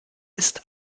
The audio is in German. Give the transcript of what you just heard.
ist